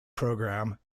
programme